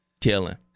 killing